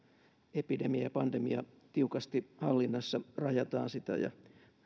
epidemia ja pandemia tiukasti hallinnassa rajataan sitä ja